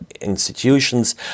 institutions